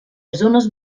zones